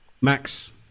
Max